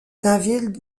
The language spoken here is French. david